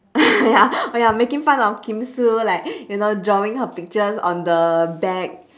ya oh ya making fun of kim sue like you know drawing her pictures on the bag